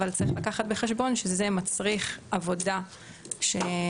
אבל צריך לקחת בחשבון שזה מצריך עבודה שכל